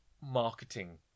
marketing